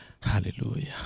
Hallelujah